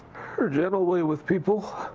her gentle way with people.